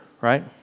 right